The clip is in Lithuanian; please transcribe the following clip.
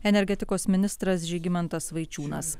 energetikos ministras žygimantas vaičiūnas